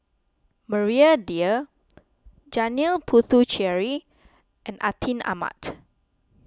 Maria Dyer Janil Puthucheary and Atin Amat